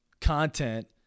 content